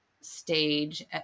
stage